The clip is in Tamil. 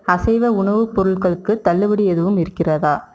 அசைவ உணவுப் பொருட்களுக்கு தள்ளுபடி எதுவும் இருக்கிறதா